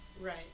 Right